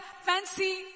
fancy